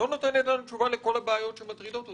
לא נותנת לנו תשובה לכל הבעיות שמטרידות אותנו.